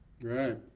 Right